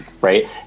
right